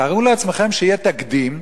תארו לעצמכם שיהיה תקדים,